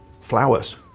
flowers